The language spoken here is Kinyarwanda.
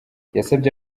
yasabye